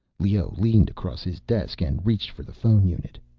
leoh leaned across his desk and reached for the phone unit.